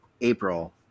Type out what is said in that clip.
April